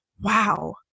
wow